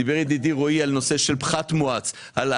דיבר ידידי רועי על פחת מואץ, על